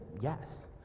Yes